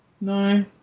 No